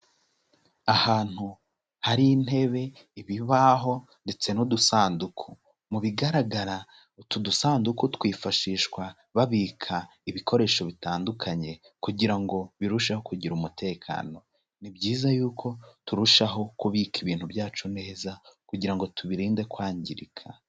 Ahantu hari intebe, ibibaho ndetse n'udusanduku, mu bigaragara utu dusanduku twifashishwa babika ibikoresho bitandukanye, kugira ngo birusheho kugira umutekano, ni byiza yuko turushaho kubika ibintu byacu neza kugira ngo tubiririnde kwangirika.